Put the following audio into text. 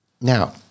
Now